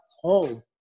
home